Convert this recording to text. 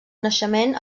naixement